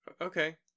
Okay